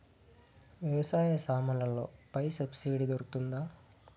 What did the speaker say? వ్యవసాయ సామాన్లలో పై సబ్సిడి దొరుకుతుందా?